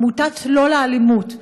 עמותת לא לאלימות,